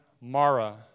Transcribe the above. Mara